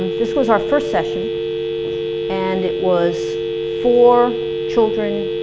um this was our first session and it was four children,